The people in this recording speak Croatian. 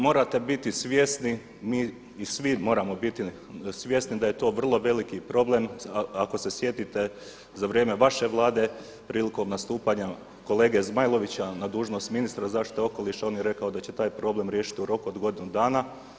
Morate biti svjesni i mi svi moramo biti svjesni da je to vrlo veliki problem, ako se sjetite za vrijeme vaše vlade prilikom nastupanja kolege Zmajlovića na dužnost ministra zaštite okoliša on je rekao da će taj problem riješiti u roku od godinu dana.